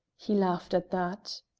he laughed at that.